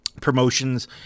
Promotions